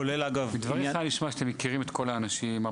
כולל אגב --- מדבריך נשמע שאתם מכירים את כל האנשים,